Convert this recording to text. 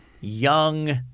young